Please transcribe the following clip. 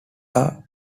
are